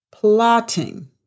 plotting